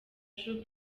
true